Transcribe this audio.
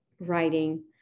writing